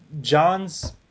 John's